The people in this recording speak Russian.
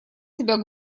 себя